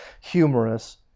humorous